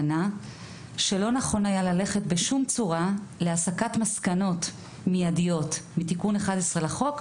שלא נכון היה ללכת בשום צורה להסקת מסקנות מיידיות מתיקון 11 לחוק,